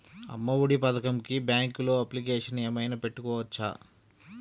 అమ్మ ఒడి పథకంకి బ్యాంకులో అప్లికేషన్ ఏమైనా పెట్టుకోవచ్చా?